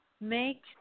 make